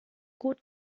gut